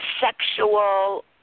sexual